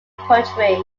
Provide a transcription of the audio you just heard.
poetry